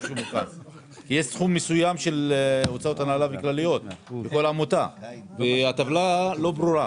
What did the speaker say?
יש סכום מסוים של הוצאות הנהלה וכלליות בכל עמותה והטבלה לא ברורה,